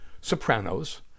Sopranos